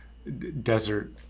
desert